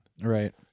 Right